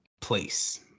place